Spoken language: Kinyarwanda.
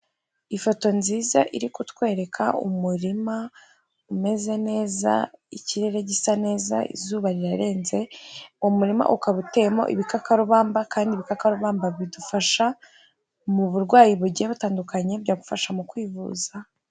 Ifoto nziza iri kutwereka umurima umeze neza, ikirere gisa neza, izuba rirarenze, umurima ukaba uteyemo ibikakarubamba kandi ibikakabamba bidufasha mu burwayi bugiye butandukanye byamufasha mu kwivuza.